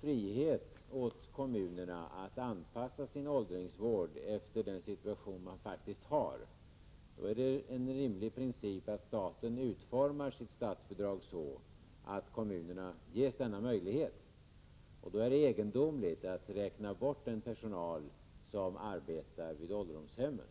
frihet åt kommunerna att anpassa sin åldringsvård efter den situation man faktiskt har, då är det en rimlig princip att staten utformar sitt bidrag så, att kommunerna ges denna möjlighet. Det är egendomligt att räkna bort den personal som arbetar vid ålderdomshemmen.